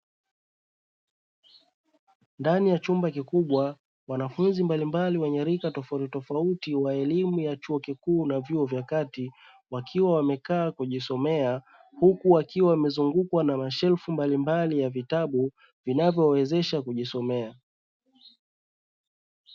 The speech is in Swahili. Ndani ya chumba kikubwa wanafunzi mbalimbali wenye rika tofauti tofauti wa elimu ya chuo kikuu na vyuo vya kati, wakiwa wamekaa kujisomea, huku wakiwa wamezungukwa na mashelfu mbalimbali ya vitabu vinavyowawezesha kujisomea.